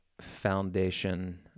foundation